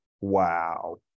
Wow